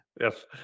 Yes